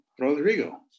Rodrigo